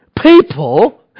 people